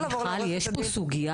יש פה סוגיה,